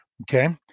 Okay